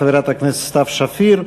חברת הכנסת סתיו שפיר.